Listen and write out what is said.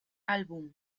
album